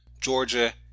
Georgia